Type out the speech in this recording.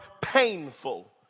painful